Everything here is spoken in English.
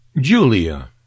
Julia